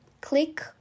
click